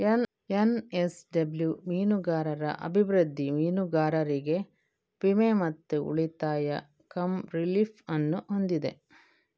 NSW ಮೀನುಗಾರರ ಅಭಿವೃದ್ಧಿ, ಮೀನುಗಾರರಿಗೆ ವಿಮೆ ಮತ್ತು ಉಳಿತಾಯ ಕಮ್ ರಿಲೀಫ್ ಅನ್ನು ಹೊಂದಿದೆ